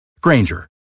Granger